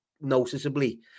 noticeably